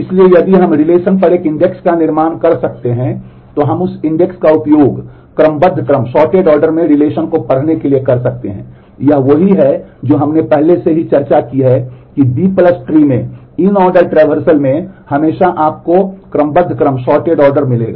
इसलिए यदि हम रिलेशन देगा